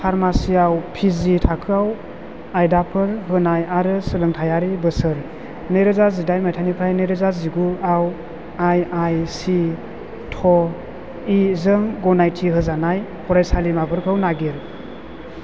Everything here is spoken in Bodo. फार्मासिआव पिजि थाखोआव आयदाफोर होनाय आरो सोलोंथायारि बोसोर नैरोजा जिडाइन मायथाइनिफ्राइ नैरोजा जिगुआव आईआईसिट'इ जों गनायथि होजानाय फरायसालिमाफोरखौ नागिर